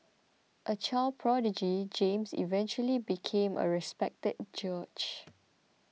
a child prodigy James eventually became a respected judge